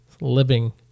living